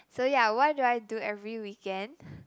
so yeah what do I do every weekend